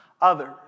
others